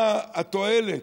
מה התועלת?